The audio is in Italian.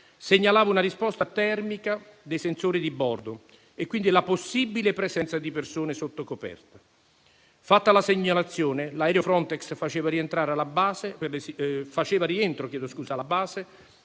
segnalava una risposta termica dei sensori di bordo e quindi la possibile presenza di persone sottocoperta. Fatta la segnalazione, l'aereo Frontex faceva rientro alla base per l'esigenza di